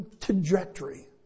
trajectory